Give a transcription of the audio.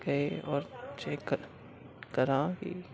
گئے اور چیک کر کراں کہ